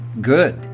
good